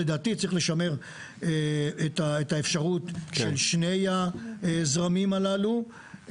לדעתי צריך לשמר את האפשרות של שני הזרמים הללו.